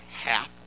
half